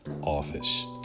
office